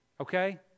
okay